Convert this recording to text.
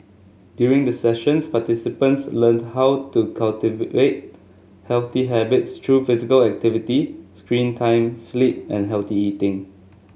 during the sessions participants learn how to cultivate healthy habits through physical activity screen time sleep and healthy eating